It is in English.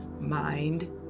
mind